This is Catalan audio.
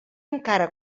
encara